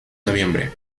noviembre